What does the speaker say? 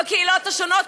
בקהילות השונות,